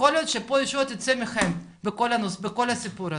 יכול להיות שפה הישועה תצא מכם בכל הסיפור הזה.